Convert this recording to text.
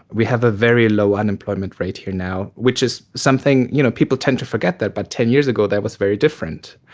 we have a very low unemployment rate here now, which is something, you know people tend to forget that but ten years ago that was very different.